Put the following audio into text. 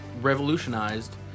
revolutionized